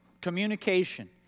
communication